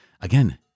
again